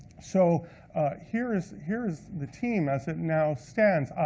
so here is here is the team as it now stands.